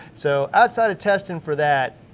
so outside of testing for that,